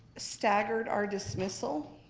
staggered our dismissal.